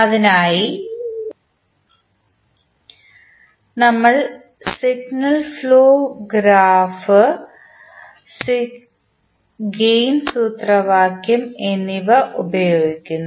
അതിനായി നമ്മൾ signal flow graph gain സൂത്രവാക്യം എന്നിവ ഉപയോഗിക്കുന്നു